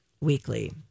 weekly